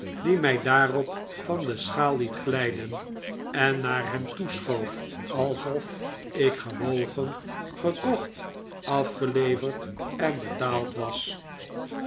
die mij daarop van de schaal liet glijden en naar hem toeschoof alsof ik gewogen gekocht afgeleverd en betaald was